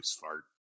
fart